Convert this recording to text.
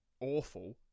awful